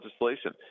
legislation